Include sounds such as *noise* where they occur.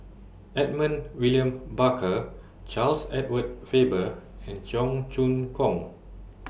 Edmund William Barker Charles Edward Faber and Cheong Choong Kong *noise*